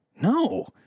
no